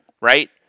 Right